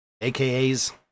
aka's